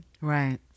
Right